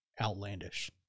outlandish